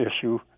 issue